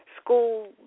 school